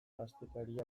astekaria